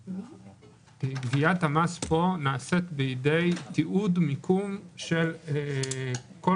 גביית המס פה נעשית בידי תיעוד מיקום של כל